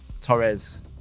Torres